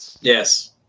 yes